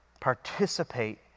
participate